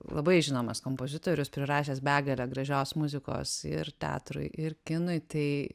labai žinomas kompozitorius prirašęs begalę gražios muzikos ir teatrui ir kinui tai